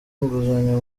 inguzanyo